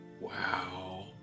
Wow